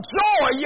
joy